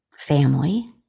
family